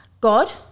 God